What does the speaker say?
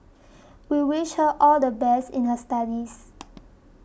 we wish her all the best in her studies